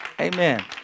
amen